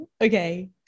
Okay